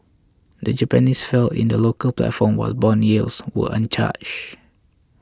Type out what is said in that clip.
the Japanese fell in the local platform while bond yields were untouch